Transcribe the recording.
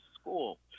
school